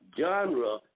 genre